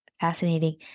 Fascinating